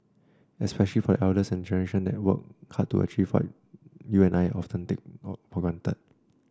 especially for the elders and the generation that worked hard to achieve what you and I often take for granted